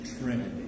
Trinity